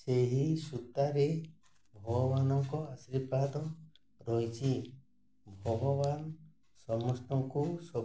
ସେହି ସୂତାରେ ଭଗବାନଙ୍କ ଆଶୀର୍ବାଦ ରହିଛି ଭଗବାନ ସମସ୍ତଙ୍କୁ ସବୁ